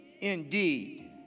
indeed